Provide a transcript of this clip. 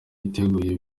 yiteguye